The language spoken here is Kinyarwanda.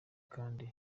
kandi